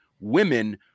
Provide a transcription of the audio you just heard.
women